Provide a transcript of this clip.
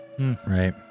Right